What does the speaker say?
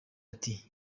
ati